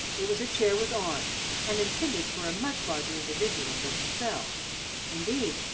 it was a chair with arms, and intended for a much larger individual than himself indeed,